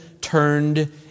turned